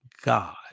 God